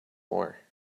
more